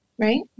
Right